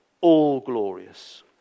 all-glorious